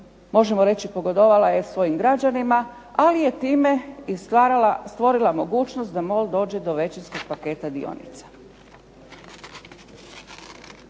Možemo reći pogodovala je svojim građanima ali je time stvorila mogućnost da MOL dođe do većinskog paketa dionica.